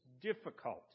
difficult